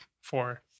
Four